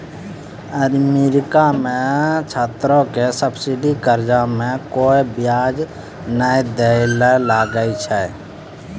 America मे छात्रो के सब्सिडी कर्जा मे कोय बियाज नै दै ले लागै छै